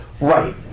right